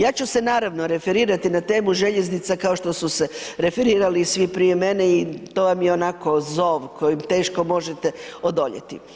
Ja ću se naravno referirati na temu željeznica kao što su se referirali svi prije mene i to vam je onako zov kojem teško možete odoljeti.